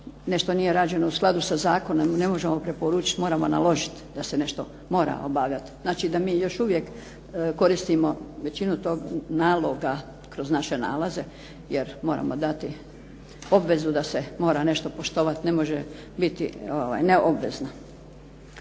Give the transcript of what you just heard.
nešto nije rađeno u skladu sa zakonom, mi ne možemo preporučiti, moramo naložiti da se nešto mora obavljati, znači da mi još uvijek koristimo većinu tog naloga kroz naše nalaze jer moramo dati obvezu da se mora nešto poštovati, ne može biti neobvezno.